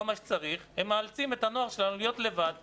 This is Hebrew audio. מה שצריך הם מאלצים את הנוער שלנו להיות לבד ולהתגודד.